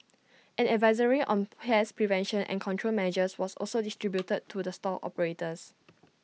an advisory on pest prevention and control managers was also distributed to the store operators